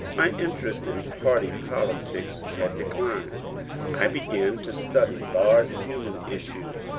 my interest in party politics had declined i began to study large human issues.